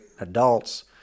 adults